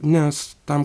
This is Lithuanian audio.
nes tam